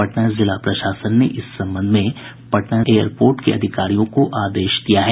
पटना जिला प्रशासन ने इस संबंध में पटना एयरपोर्ट के अधिकारियों को आदेश दिया है